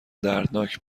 دردناک